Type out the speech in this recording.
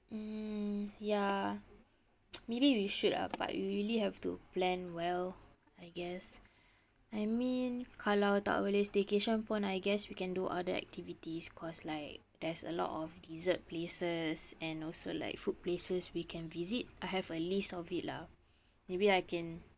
mm ya maybe we should ah but we really have to plan well I guess I mean kalau tak boleh staycation pun I guess we can do other activities cause like there's a lot of dessert places and also like food places we can visit I have a list of it lah maybe I can